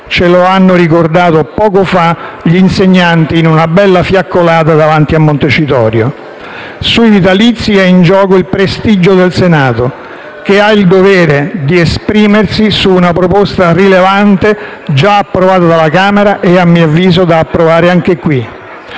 Ce lo hanno ricordato poco fa gli insegnanti in una bella fiaccolata davanti a Montecitorio. Sui vitalizi è in gioco il prestigio del Senato, che ha il dovere di esprimersi su una proposta rilevante, già approvata dalla Camera e - a mio avviso - da approvare anche qui.